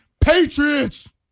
Patriots